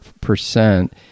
percent